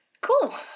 Cool